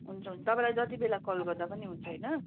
हुन्छ हुन् तपाईँलाई जति बेला कल गर्दा पनि हुन्छ होइन